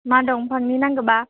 मा दंफांनि नांगौ बा